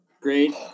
Great